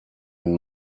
own